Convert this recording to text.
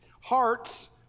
Hearts